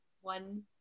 one